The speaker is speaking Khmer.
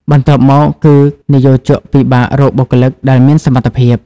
បន្ទាប់មកគឺ និយោជកពិបាករកបុគ្គលិកដែលមានសមត្ថភាព។